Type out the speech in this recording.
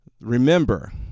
remember